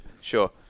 Sure